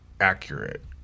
accurate